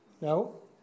No